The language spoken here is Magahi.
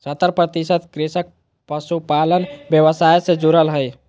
सत्तर प्रतिशत कृषक पशुपालन व्यवसाय से जुरल हइ